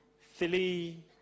three